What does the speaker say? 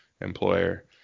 employer